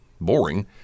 boring